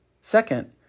Second